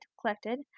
collected